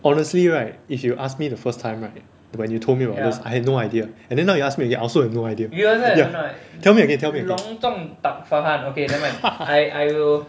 honestly right if you ask me the first time right when you told me about this I had no idea and then now you ask me again I also have no idea ya tell me again tell me again